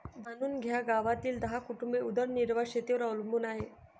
जाणून घ्या गावातील दहा कुटुंबे उदरनिर्वाह शेतीवर अवलंबून आहे